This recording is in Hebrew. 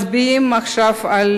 מצביעים עכשיו על